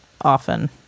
often